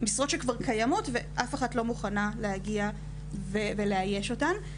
משרות שכבר קיימות ואף אחת לא מוכנה להגיע ולאייש אותן.